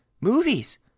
movies